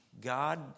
God